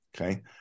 okay